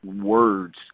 words